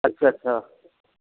ਅੱਛਾ ਅੱਛਾ